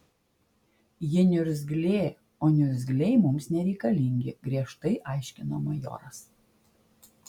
ji niurzglė o niurzgliai mums nereikalingi griežtai aiškino majoras